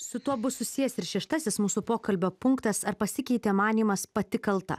su tuo bus susijęs ir šeštasis mūsų pokalbio punktas ar pasikeitė manymas pati kalta